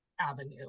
avenue